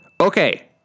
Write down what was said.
Okay